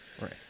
right